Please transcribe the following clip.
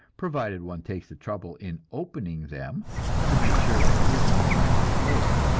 provided one takes the trouble in opening them to make sure there is no sign of spoiling.